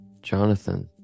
Jonathan